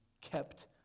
kept